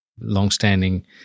longstanding